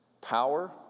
Power